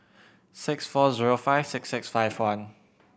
six four zero five six six five one